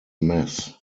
mess